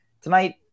tonight